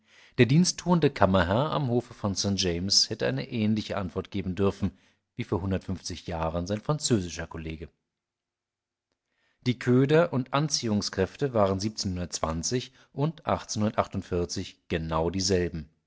der diensttuende kammerherr am hofe von st james hätte eine ähnliche antwort geben dürfen wie vor hundertundfünfzig jahren sein französischer kollege die köder und anziehungskräfte waren und genau dieselben